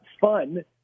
fun